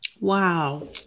Wow